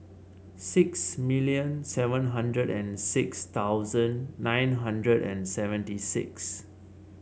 six million seven hundred and six thousand nine hundred and seventy six